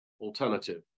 alternative